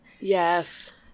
yes